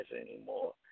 anymore